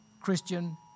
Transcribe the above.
Christian